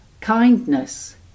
Kindness